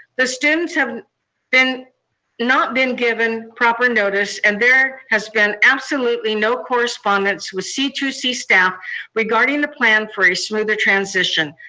the students have not been given proper notice, and there has been absolutely no correspondence with c two c staff regarding the plan for a smoother transition.